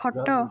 ଖଟ